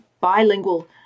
bilingual